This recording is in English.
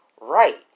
Right